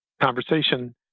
conversation